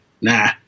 nah